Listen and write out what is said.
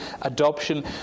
adoption